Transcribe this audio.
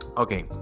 Okay